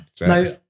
Now